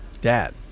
Dad